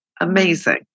amazing